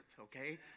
okay